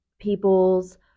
people's